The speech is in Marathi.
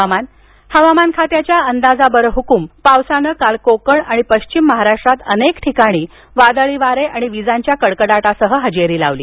हवामान हवामान खात्याच्या अंदाजाबरहुकूम पावसानं काल कोकण आणि पश्चिम महाराष्ट्रात अनेक ठिकाणी वादळी वारे आणि विजांच्या कडकडाटासह हजेरी लावली